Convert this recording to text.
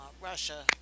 russia